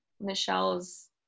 michelle's